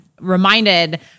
reminded